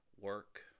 work